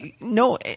no